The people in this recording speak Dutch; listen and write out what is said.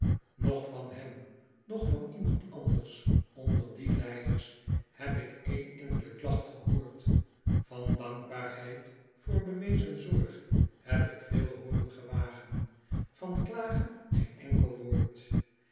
noch van hem noch van iemand anders onder die lijders heb ik één enkele klacht gehoord van dankbaarheid voor bewezen zorg heb ik veel hooren gewagen van klagen geen enkel woord